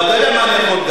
אתה לא יכול.